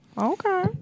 Okay